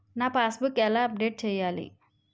నా passbook ఎలా update చేయాలి?